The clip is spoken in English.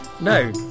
No